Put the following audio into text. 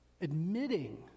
admitting